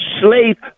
slave